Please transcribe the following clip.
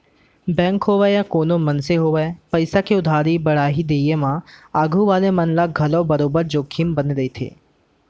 bank होवय या कोनों मनसे होवय पइसा के उधारी बाड़ही दिये म आघू वाले मन ल घलौ बरोबर जोखिम बने रइथे